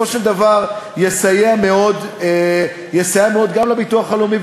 וזה לא מוסיף לבית הזה.